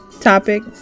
topic